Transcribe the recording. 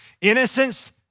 Innocence